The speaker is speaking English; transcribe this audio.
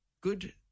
Good